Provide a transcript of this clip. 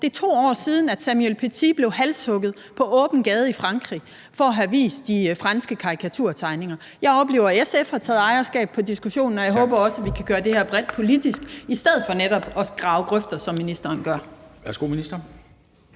Det er 2 år siden, at Samuel Paty blev halshugget på åben gade i Frankrig for at have vist de franske karikaturtegninger. Jeg oplever, at SF har taget ejerskab på diskussionen, og jeg håber også, at vi kan gøre det her bredt politisk i stedet for netop at grave grøfter, som er det, ministeren gør.